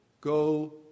go